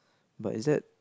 but is that